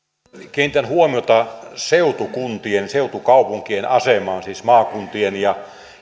kiinnitän huomiota seutukuntien seutukaupunkien asemaan siis maakuntien ja